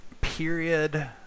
period